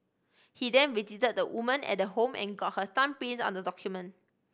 he then visited the woman at the home and got her thumbprints on the document